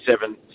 seven